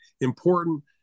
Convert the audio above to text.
important